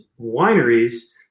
wineries